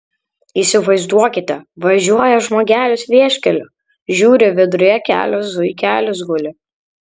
įsivaizduokite važiuoja žmogelis vieškeliu žiūri viduryje kelio zuikelis guli